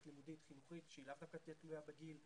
חינוכית לימודית שהיא לאו דווקא תהיה תלויה בגיל.